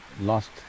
lost